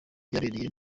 vyabereye